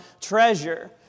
treasure